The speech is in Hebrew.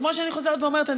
וכמו שאני חוזרת ואומרת,